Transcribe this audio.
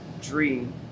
dream